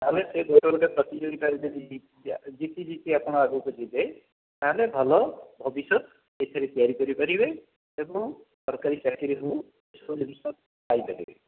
ଆମେ ସେ ଗୋଟେ ଗୋଟେ ପ୍ରତିଯୋଗିତା ଯଦି ଜିତିବା ଜିତି ଜିତି ଆପଣ ଆଗକୁ ଯିବେ ତା'ହେଲେ ଭଲ ଭବିଷ୍ୟତ ସେଇଥିରେ ତିଆରି କରିପାରିବେ ଏବଂ ସରକାରୀ ଚାକିରି ହେଉ ଏସବୁ ଜିନିଷ ଫାଇଦା ନେବେ